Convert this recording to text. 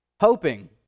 Hoping